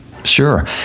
Sure